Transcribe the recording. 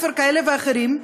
ולילדים הללו יש הורים,